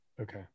okay